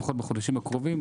לפחות בחודשים הקרובים.